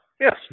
Yes